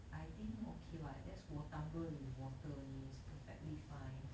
I think okay what just will tumble with water only is perfectly fine